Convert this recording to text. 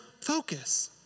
focus